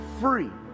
free